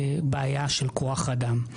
בעיה של כוח אדם.